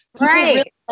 right